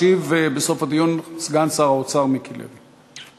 ישיב בסוף הדיון סגן שר האוצר מיקי לוי.